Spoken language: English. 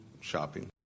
shopping